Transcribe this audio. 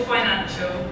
Financial